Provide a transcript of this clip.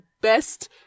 best